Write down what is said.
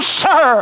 sir